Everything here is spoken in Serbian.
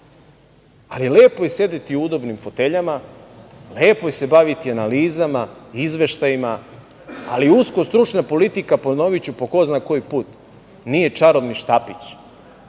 ali lepo je sedeti u udobnim foteljama, lepo je baviti se analizama, izveštajima, ali usko stručna politika, ponoviću po ko zna koji put, nije čarobni štapić.